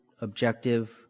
objective